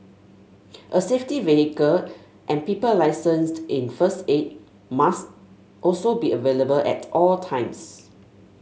a safety vehicle and people licensed in first aid must also be available at all times